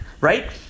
right